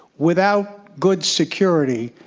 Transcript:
without good security,